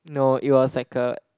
no it was like a